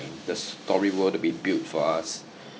the story world to be built for us